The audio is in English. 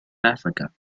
africa